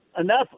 enough